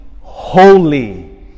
holy